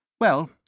Well